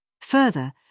Further